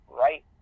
right